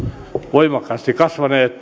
voimakkaasti kasvaneet